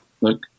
look